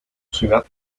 ciudad